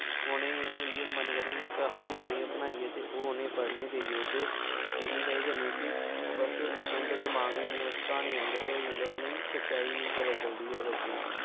उ'नें गी उ'यै मन करै इ'यां क्हानियां जेहियां बनाइयै ते ओह् उ'नें पढ़ने गी देई ओड़दे जेह्दी बजह् कन्ने कि बस उं'दा दमाग बी इ'या बस क्हानियें आंह्गर गै होई जंदा उ'नें सच्चाई निं पता चलदी ऐ बच्चें ई